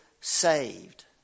Saved